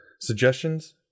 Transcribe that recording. suggestions